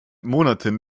monaten